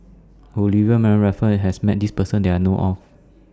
Olivia Mariamne Raffles and Suzairhe Sumari has Met This Person that I know of